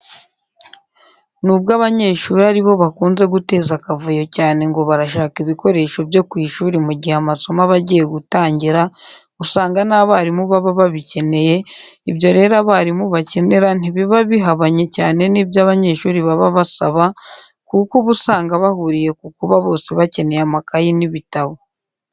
Nubwo abanyeshuri ari bo bakunze guteza akavuyo cyane ngo barashaka ibikoresho byo ku ishuri mu gihe amasomo aba agiye gutandira usanga n'abarimu baba babikeneye, ibyo rero abarimu bakenera ntibiba bihabanye cyane n'ibyo abanyeshuri baba basaba kuko uba usanga bahuriye ku kuba bose bakeneye amakaye n'ibitabo.